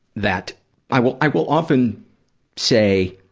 that i will i will often say,